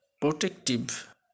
protective